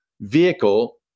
vehicle